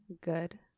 Good